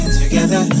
together